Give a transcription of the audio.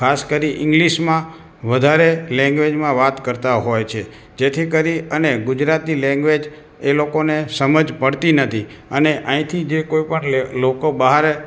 ખાસ કરી ઇંગ્લિશમાં વધારે લેંગ્વેજમાં વાત કરતા હોય છે જેથી કરી અને ગુજરાતી લેંગ્વેજ એ લોકોને સમજ પડતી નથી અને અહીંથી જે કોઇપણ લે લોકો બહાર